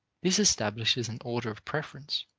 this establishes an order of preference,